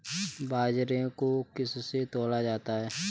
बाजरे को किससे तौला जाता है बताएँ?